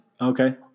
Okay